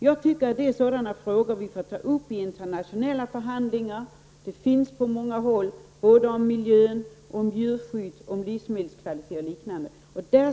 Jag tycker att detta är sådana frågor som vi får ta upp i internationella förhandlingar. Sådana äger rum på många håll både om miljön, djurskydd, livsmedelskvalitet och liknande.